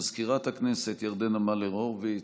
מזכירת הכנסת ירדנה מלר-הורוביץ,